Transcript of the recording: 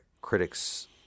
critics